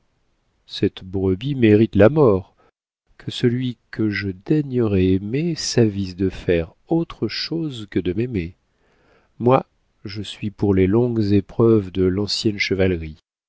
cette brebis mérite la mort que celui que je daignerai aimer s'avise de faire autre chose que de m'aimer moi je suis pour les longues épreuves de l'ancienne chevalerie